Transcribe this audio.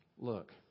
Look